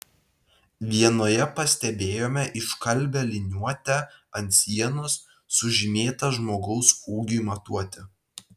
vienoje pastebėjome iškalbią liniuotę ant sienos sužymėtą žmogaus ūgiui matuoti